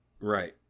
right